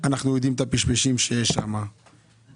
הפשפשים, לכו